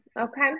okay